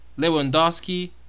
Lewandowski